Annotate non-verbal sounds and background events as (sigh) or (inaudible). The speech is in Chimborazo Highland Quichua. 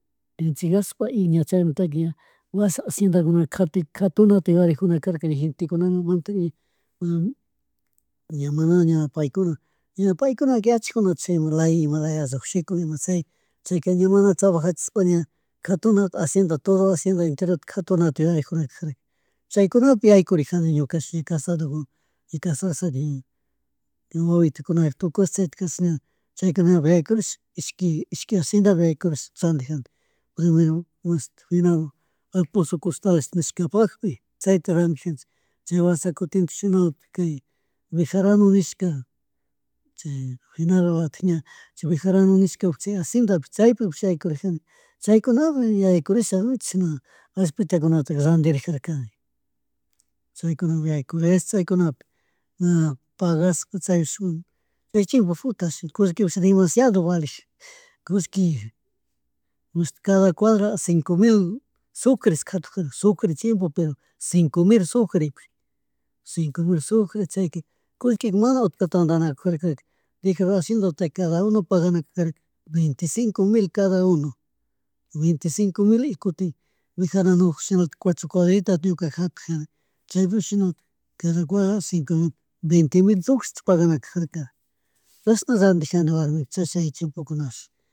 Chi gashpa y ña chaymuntaka ña washa aciendakunaka katuy katunata yuyarijunakarka gentekuna animalta ña (noise) ña mana ña mana paykuna ña paykuna yachajunaka chaymun lay imalaya llushikun ima chay chayka ña mana trabajachishpa ña katunata aciendata todo aciendata enterota katunata yuyarijuna kajarka chaykunapi yaykurijani ñukashi ña casado, y casarisharisha ni wawitukunayuk tukush chay (unintelligible) ña chaykunapi ima yakurish ishki, ishki acendapi yaykurish randijani. Primero mashti finado Alfonso Costales nishka pakpi chayta randijanchik chay wasa kutintik shinalatik kay Bejarano nishka chay finadodalatik ña chay Bejarano nishkapuk chay acendapuk chaypukpuhs yaykueijani chaykunapi yaykurisha chishna allpitakunataka randirijarka (noise) chaykunamun yaykurish chaykunapi ña pagash kutin chaypish (hesitation) chay chimpo futa shuk chullkiwan risha demasiado baleng, (noise) kullki (noise) imadshuti cada cuadra a cinco mil sucres katuk karka sucre tiempo pero cinco mil sucrepish, cinco mil sucre chayka kushkika mana utka tandanakujarka Bejarano haciendataka cada uno paganan karka vente y cinco mil cada uno, vente y cino mil y kutin Bejaranopukpish shinaltik cuatro cuadritata ñukaka hapikani chaypish shinalit cada cuadra a cinco mil, vente mil sucres pagana kajarka (noise) chashan randijani warmiku chashna chi chiempokushpish.